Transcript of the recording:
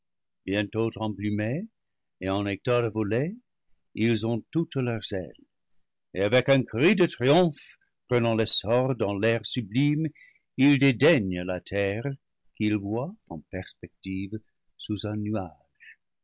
bientôt emplumés et en état de voler ils ont toutes leurs ai les et avec un cri de triomphe prenant l'essor dans l'air su blime ils dédaignent la terre qu'ils voient en perspective sous un nuage